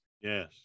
Yes